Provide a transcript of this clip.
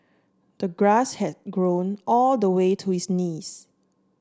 the grass had grown all the way to his knees